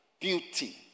Beauty